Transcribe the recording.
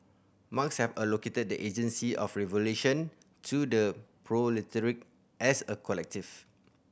Marx have allocated the agency of revolution to the proletariat as a collective